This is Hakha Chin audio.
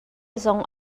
zong